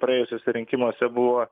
praėjusiuose rinkimuose buvo